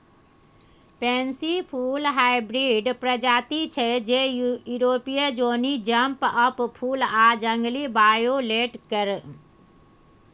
pansy फुल hybrid प्रजाति छै जे युरोपीय जौनी जंप अप फुल आ जंगली वायोलेट केर